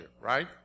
right